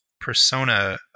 persona